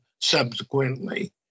subsequently